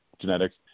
genetics